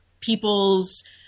people's